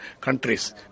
countries